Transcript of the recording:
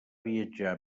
viatjar